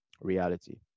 reality